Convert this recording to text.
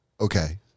Okay